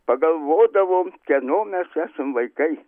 pagalvodavom kieno mes esam vaikai